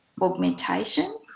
augmentation